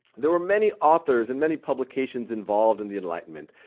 there were many authors and many publications involved in the enlightenment,